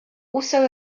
also